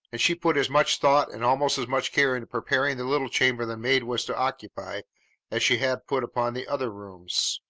and she put as much thought and almost as much care into preparing the little chamber the maid was to occupy as she had put upon the other rooms.